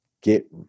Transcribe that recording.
get